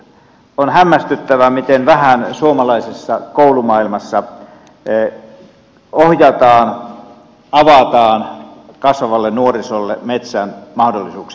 on hämmästyttävää miten vähän suomalaisessa koulumaailmassa ohjataan avataan kasvavalle nuorisolle metsän mahdollisuuksia